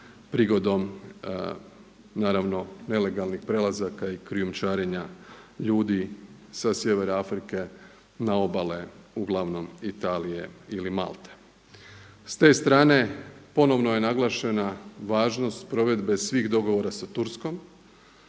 prigodom naravno nelegalnih prelazaka i krijumčarenja ljudi sa sjevera Afrike na obale uglavnom Italije ili Malte. S te strane ponovno je naglašena važnost provedbe svih dogovora sa Turskom